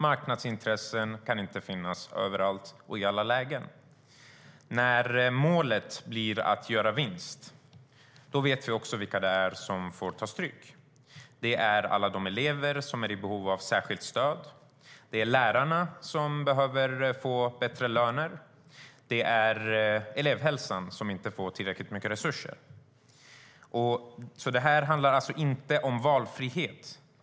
Marknadsintressen kan inte finnas överallt och i alla lägen. När målet blir att göra vinst vet vi vilka det är som får ta stryk. Det är alla de elever som är i behov av särskilt stöd. Det är lärarna, som behöver få bättre löner. Det är elevhälsan, som inte får tillräckligt mycket resurser. Detta handlar alltså inte om valfrihet.